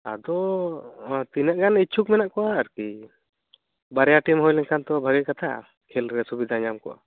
ᱟᱫᱚ ᱛᱤᱱᱟᱹᱜᱟᱱ ᱤᱪᱷᱩᱠ ᱢᱮᱱᱟᱜ ᱠᱚᱣᱟ ᱟᱨᱠᱤ ᱵᱟᱨᱭᱟ ᱴᱤᱢ ᱦᱩᱭᱞᱮᱱ ᱠᱷᱟᱱ ᱛᱚ ᱵᱷᱟᱹᱜᱤ ᱠᱟᱛᱷᱟ ᱠᱷᱮᱞ ᱨᱮ ᱥᱩᱵᱤᱫᱟ ᱧᱟᱢ ᱠᱚᱜᱼᱟ